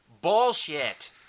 bullshit